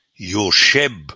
Yosheb